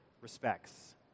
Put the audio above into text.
respects